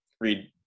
read